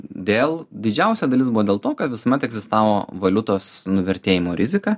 dėl didžiausia dalis buvo dėl to kad visuomet egzistavo valiutos nuvertėjimo rizika